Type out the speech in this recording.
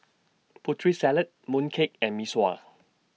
Putri Salad Mooncake and Mee Sua